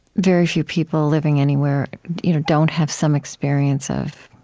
very few people living anywhere you know don't have some experience of